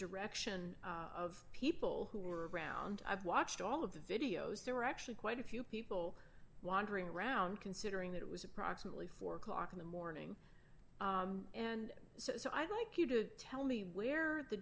direction of people who were around i've watched all of the videos there were actually quite a few people wandering around considering that it was approximately four o'clock in the morning and so i'd like you to tell me where the